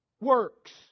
works